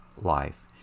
life